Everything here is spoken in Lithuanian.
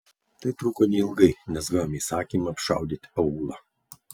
tai truko neilgai nes gavome įsakymą apšaudyti aūlą